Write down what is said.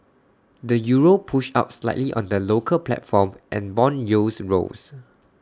the euro pushed up slightly on the local platform and Bond yields rose